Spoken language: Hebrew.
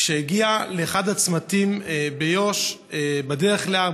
כשהגיעה לאחד הצמתים ביו"ש בדרך להר